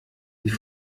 die